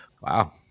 Wow